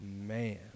Man